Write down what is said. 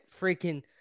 freaking